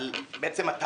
פרט אימות מוגבר.